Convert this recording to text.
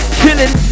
killing